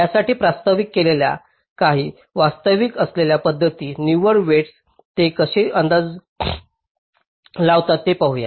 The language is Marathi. या साठी प्रस्तावित केलेल्या काही अस्तित्त्वात असलेल्या पद्धती निव्वळ वेईटस ते कसे अंदाज लावतात ते पाहू या